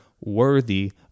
worthy